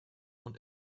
und